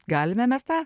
galime mes tą